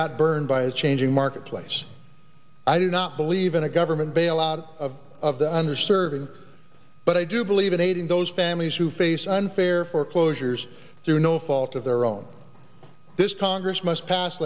got burned by a changing marketplace i do not believe in a government bailout of the under servants but i do believe in aiding those families who face unfair foreclosures through no fault of their own this congress must pass